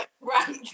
Right